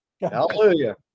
Hallelujah